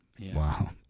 Wow